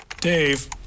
Dave